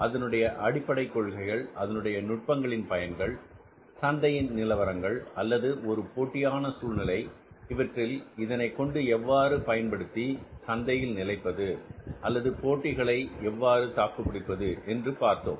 அதனுடைய அடிப்படை கொள்கைகள் அதனுடைய நுட்பங்களின் பயன்கள் சந்தையின் நிலவரங்கள் அல்லது ஒரு போட்டியான சூழ்நிலை இவற்றில் இதனைக் கொண்டு எவ்வாறு பயன்படுத்தி சந்தையில் நிலைப்பது அல்லது போட்டிகளை எவ்வாறு தாக்குபிடிப்பது என்று பார்த்தோம்